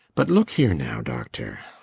but look here now, doctor